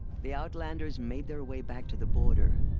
the outlanders made their way back to the border.